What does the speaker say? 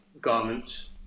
garments